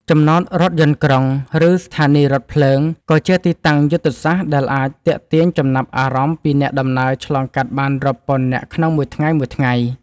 ចំណតរថយន្តក្រុង ឬស្ថានីយរថភ្លើង ក៏ជាទីតាំងយុទ្ធសាស្ត្រដែលអាចទាក់ទាញចំណាប់អារម្មណ៍ពីអ្នកដំណើរឆ្លងកាត់បានរាប់ពាន់នាក់ក្នុងមួយថ្ងៃៗ។